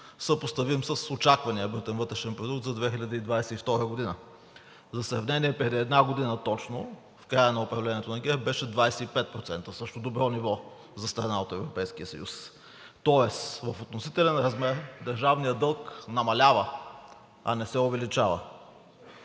съпоставим с очаквания брутен вътрешен продукт за 2022 г. За сравнение, преди една година точно, в края на управлението на ГЕРБ беше 25% – също добро ниво за страна от Европейския съюз. Тоест в относителен размер държавният дълг намалява, а не се увеличава.